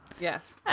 Yes